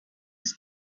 was